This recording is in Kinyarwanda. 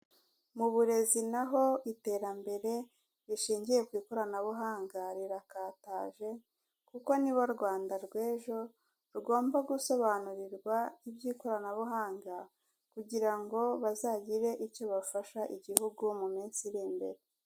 Mu burezi naho iterambere rishingiye ku ikoranabuhanga rirakataje, kuko nibo Rwanda rw'ejo rugomba gusobanurirwa iby'ikoranabuhanga kugira ngo bazagire icyo bafasha igihugu mu minsi iri imbere.